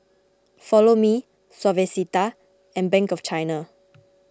Follow Me Suavecito and Bank of China